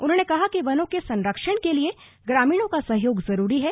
उन्होंने कहा कि वनों के संरक्षण के लिए ग्रामीणों का सहयोग जरूरी है